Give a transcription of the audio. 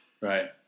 right